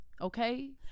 okay